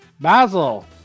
Basil